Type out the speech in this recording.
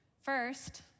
First